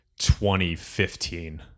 2015